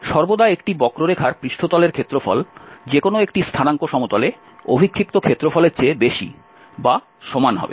সর্বদা একটি বক্ররেখার পৃষ্ঠতলের ক্ষেত্রফল যেকোনো একটি স্থানাঙ্ক সমতলে অভিক্ষিপ্ত ক্ষেত্রফলের চেয়ে বেশি বা সমান হবে